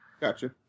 Gotcha